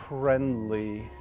friendly